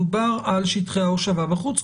מדוב על שטחי ההושבה בחוץ,